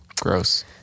gross